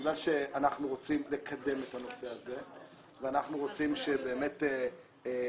בגלל שאנחנו רוצים לקדם את הנושא הזה ואנחנו רוצים שבאמת אסירים